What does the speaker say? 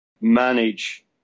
manage